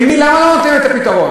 למה לא נותנים להם את הפתרון?